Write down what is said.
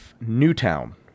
Newtown